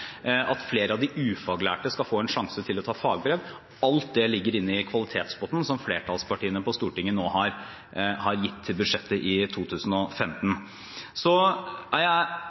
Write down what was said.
at flere av de ufaglærte skal få en sjanse til å ta fagbrev. Alt dette ligger inne i den kvalitetspotten som flertallspartiene på Stortinget nå har gitt i budsjettet i 2015. Så er jeg